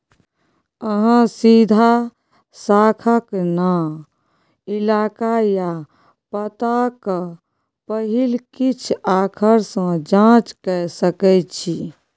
अहाँ सीधा शाखाक नाओ, इलाका या पताक पहिल किछ आखर सँ जाँच कए सकै छी